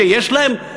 שיש להם,